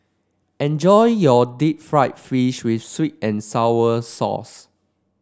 enjoy your Deep Fried Fish with sweet and sour sauce